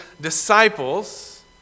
disciples